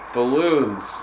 Balloons